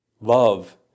Love